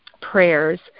prayers